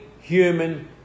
human